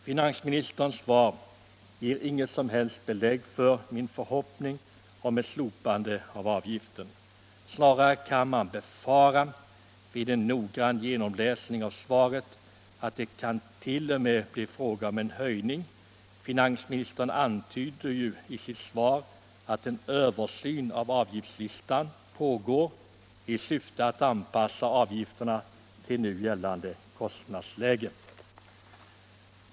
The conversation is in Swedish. Finansministerns svar ger inget som helst stöd för min förhoppning om ett slopande av avgiften. Snarare kan man befara, vid en noggrann genomläsning av svaret, att det t.o.m. kan bli en höjning. Finansministern antyder ju i sitt svar att en översyn av avgiftslistan pågår i syfte att anpassa avgifterna till nu gällande kostnadsläge.